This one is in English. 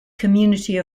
community